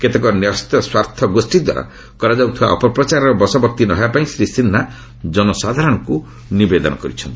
କେତେକ ନ୍ୟସ୍ତସ୍ପାର୍ଥ ଗୋଷ୍ଠୀଦ୍ୱାରା କରାଯାଉଥିବା ଅପପ୍ରଚାରର ବଶବର୍ତ୍ତୀ ନ ହେବା ପାଇଁ ଶ୍ରୀ ସିହ୍ନା ଜନସାଧାରଣଙ୍କୁ ନିବେଦନ କରିଛନ୍ତି